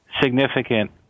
significant